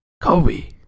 Kobe